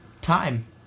Time